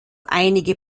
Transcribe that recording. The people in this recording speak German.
einige